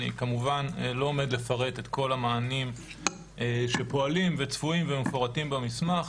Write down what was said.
אני כמובן לא עומד לפרט את כל המענים שפועלים וצפויים ומפורטים במסמך.